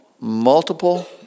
Multiple